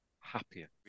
happier